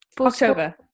october